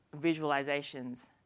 visualizations